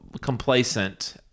complacent